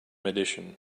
edition